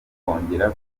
kongera